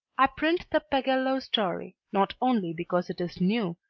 i print the pagello story not only because it is new,